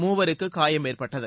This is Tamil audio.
மூவருக்கு காயம் ஏற்பட்டது